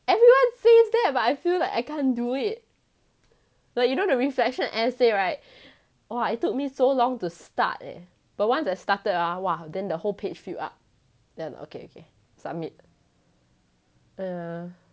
everyone says that but I feel like I can't do it like you know the reflection essay right !wah! it took me so long to start eh but once I started ah !wah! then the whole page filled up then okay okay submit !aiya!